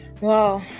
wow